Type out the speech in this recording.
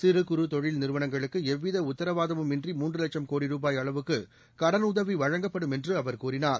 சிறு குறு தொழில் நிறுவனங்களுக்கு எவ்வித உத்தரவாதமும் இன்றி மூன்று லட்சம் கோடி ரூபாய் அளவுக்கு கடனுதவி வழங்கப்படும் என்று அவர் கூறினார்